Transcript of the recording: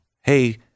Hey